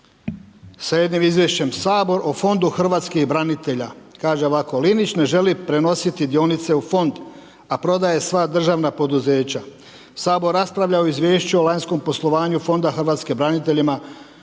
jednim izvješćem Sabora o Fondu hrvatskih branitelja. Kaže ovako, Linić ne želi prenositi dionice u Fond, a prodaje sva državna poduzeća. Sabor raspravlja o izvješću o lanjskom poslovanju Fonda hrvatskih braniteljima